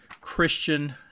Christian